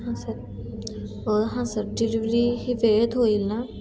हां सर हां sir delivery ही वेळेत होईल ना